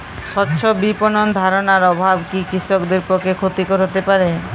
স্বচ্ছ বিপণন ধারণার অভাব কি কৃষকদের পক্ষে ক্ষতিকর হতে পারে?